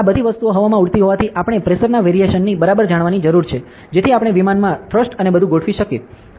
આ બધી વસ્તુઓ હવામાં ઉડતી હોવાથી આપણે પ્રેશરના વેરીએશન ને બરાબર જાણવાની જરૂર છે જેથી આપણે વિમાનમાં થ્રસ્ટ અને બધું ગોઠવી શકીએ